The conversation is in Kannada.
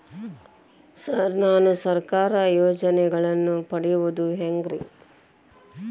ಸರ್ ನಾನು ಸರ್ಕಾರ ಯೋಜೆನೆಗಳನ್ನು ಪಡೆಯುವುದು ಹೆಂಗ್ರಿ?